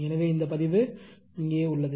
எனவே இந்த பதிவு இங்கே உள்ளது